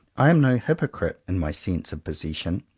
i am no hypocrite in my sense of possession.